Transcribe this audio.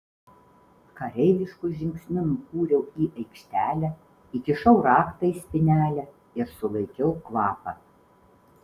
kareivišku žingsniu nukūriau į aikštelę įkišau raktą į spynelę ir sulaikiau kvapą